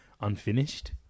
unfinished